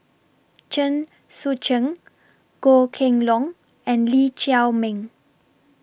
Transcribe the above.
Chen Sucheng Goh Kheng Long and Lee Chiaw Meng